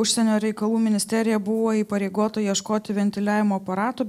užsienio reikalų ministerija buvo įpareigota ieškoti ventiliavimo aparatų